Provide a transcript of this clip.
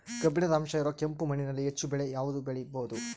ಕಬ್ಬಿಣದ ಅಂಶ ಇರೋ ಕೆಂಪು ಮಣ್ಣಿನಲ್ಲಿ ಹೆಚ್ಚು ಬೆಳೆ ಯಾವುದು ಬೆಳಿಬೋದು?